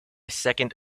second